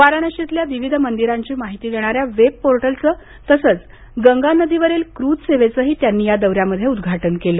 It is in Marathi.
वाराणसीतल्या विविध मंदिरांची माहिती देणाऱ्या वेबपोर्टलचं तसंच गंगा नदीवरील क्रूझ सेवेचंही त्यांनी या दौऱ्यामध्ये उद्घाटन केलं